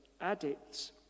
addicts